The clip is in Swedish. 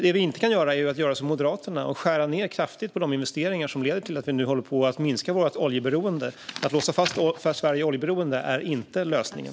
Det vi inte kan göra är att göra som Moderaterna och skära ned kraftigt på de investeringar som leder till att vi nu håller på att minska vårt oljeberoende. Att låsa fast Sverige i oljeberoende är inte lösningen.